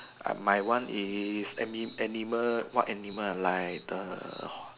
uh my one is ami~ animal what animal like the ho~